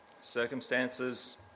Circumstances